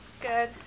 Good